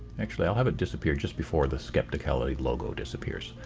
actually, i'll have it disappear just before the skepticality logo disappears.